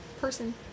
Person